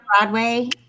Broadway